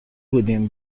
بودیم